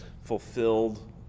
fulfilled